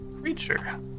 creature